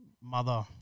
mother